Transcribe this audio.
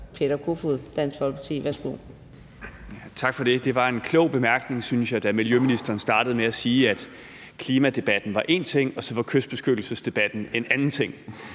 Peter Kofod (DF): Tak for det. Det var en klog bemærkning, synes jeg, da miljøministeren startede med at sige, at klimadebatten var én ting og kystbeskyttelsesdebatten var en anden ting.